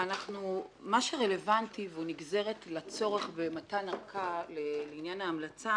מה שרלוונטי והוא נגזרת לצורך במתן ארכה לעניין ההמלצה